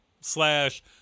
slash